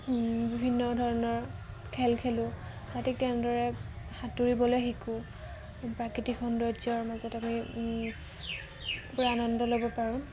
বিভিন্ন ধৰণৰ খেল খেলোঁ বা ঠিক তেনেদৰে সাঁতুৰিবলৈ শিকোঁ প্ৰাকৃতিক সৌন্দৰ্যৰ মাজত আমি পুৰা আনন্দ ল'ব পাৰোঁ